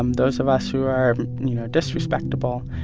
um those of us who are, you know, disrespectable,